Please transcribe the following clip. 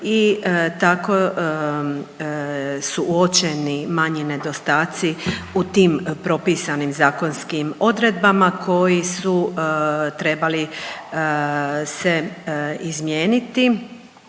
I tako su uočeni manji nedostatci u tim propisanim zakonskim odredbama koji su trebali se izmijeniti